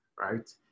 right